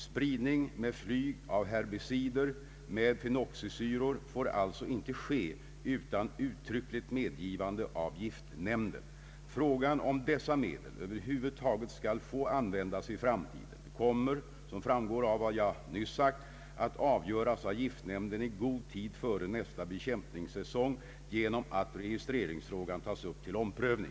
Spridning med flyg av herbicider med fenoxisyror får alltså inte ske utan uttryckligt medgivande av giftnämnden. Frågan om dessa medel över huvud taget skall få användas i framtiden kommer, som framgår av vad jag nyss sagt, att avgöras av giftnämnden i god tid före nästa bekämpningssäsong genom att registreringsfrågan tas upp till omprövning.